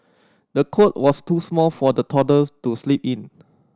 the cot was too small for the toddler to sleep in